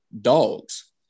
dogs